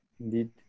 Indeed